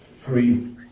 three